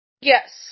Yes